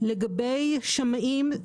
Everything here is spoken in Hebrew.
לגבי שמאים,